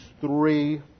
three